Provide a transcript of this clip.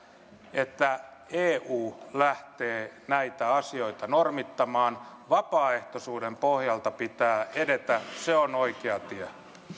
että eu lähtee näitä asioita normittamaan vapaaehtoisuuden pohjalta pitää edetä se on oikea tie